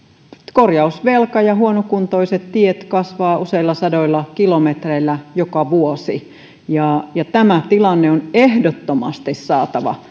korjausvelka ja huonokuntoiset tiet kasvavat useilla sadoilla kilometreillä joka vuosi ja ja tämä tilanne on ehdottomasti saatava